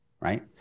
right